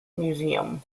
museum